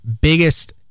biggest